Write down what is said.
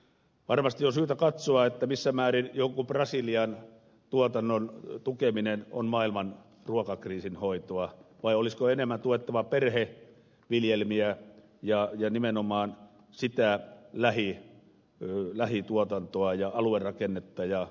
varmasti on syytä katsoa missä määrin jonkun brasilian tuotannon tukeminen on maailman ruokakriisin hoitoa vai olisiko enemmän tuettava perheviljelmiä ja nimenomaan sitä lähituotantoa ja aluerakennetta ja maanomistusta